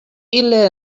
ille